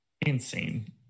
insane